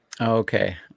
okay